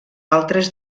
altres